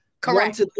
correct